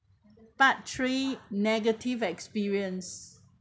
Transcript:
part three negative experience